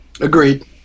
Agreed